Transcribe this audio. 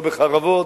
לא בחרבות,